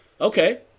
okay